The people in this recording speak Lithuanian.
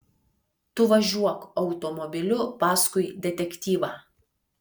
tu važiuok automobiliu paskui detektyvą